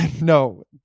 no